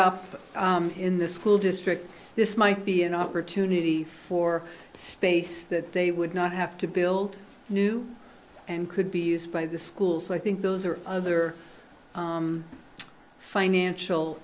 d up in the school district this might be an opportunity for space that they would not have to build new and could be used by the school so i think those are other financial